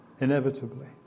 inevitably